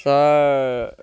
sir